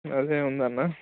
అదే ఉందన్న